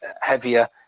heavier